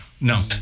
no